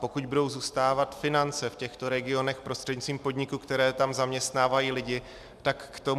Pokud budou zůstávat finance v těchto regionech prostřednictvím podniků, které tam zaměstnávají lidi, tak k